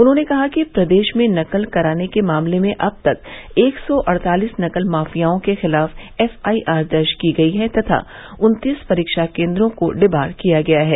उन्होंने कहा कि प्रदेश में नकल कराने के मामले में अब तक एक सौ अड़तालिस नकल माफियाओं के खिलाफ एफआईआर दर्ज की गयी है तथा उन्तीस परीक्षा केंद्रों को डिबार किया गया है